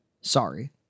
Sorry